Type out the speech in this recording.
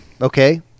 Okay